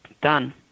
done